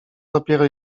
dopiero